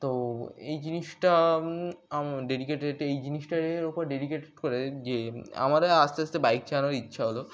তো এই জিনিসটা ডেডিকেটেড এই জিনিসটার এর ওপর ডেডিকেটেড করে যে আমারও আস্তে আস্তে বাইক চালানোর ইচ্ছা হলো